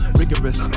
rigorous